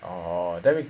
orh then we